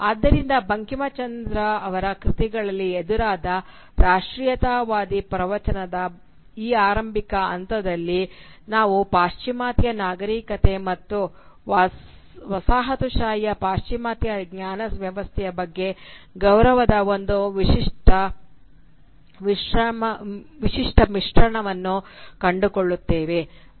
ಆದ್ದರಿಂದ ಬಂಕಿಂಚಂದ್ರ ಅವರ ಕೃತಿಗಳಲ್ಲಿ ಎದುರಾದ ರಾಷ್ಟ್ರೀಯತಾವಾದಿ ಪ್ರವಚನದ ಈ ಆರಂಭಿಕ ಹಂತದಲ್ಲಿ ನಾವು ಪಾಶ್ಚಿಮಾತ್ಯ ನಾಗರಿಕತೆ ಮತ್ತು ವಸಾಹತುಶಾಹಿಯ ಪಾಶ್ಚಿಮಾತ್ಯ ಜ್ಞಾನ ವ್ಯವಸ್ಥೆಯ ಬಗ್ಗೆ ಗೌರವದ ಒಂದು ವಿಶಿಷ್ಟ ಮಿಶ್ರಣವನ್ನು ಕಂಡುಕೊಳ್ಳುತ್ತಿದ್ದೇವೆ